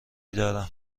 دارم